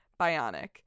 Bionic